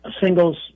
singles